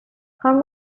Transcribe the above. how